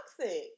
toxic